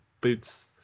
boots